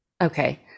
Okay